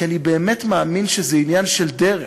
כי אני באמת מאמין שזה עניין של דרך.